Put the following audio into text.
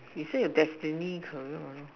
you say your destiny career what no